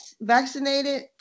vaccinated